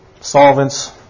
solvents